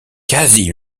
quasi